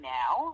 now